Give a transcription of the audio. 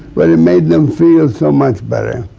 but it made them feel so much better.